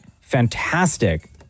fantastic